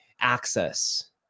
access